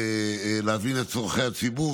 להבין את צורכי הציבור,